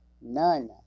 None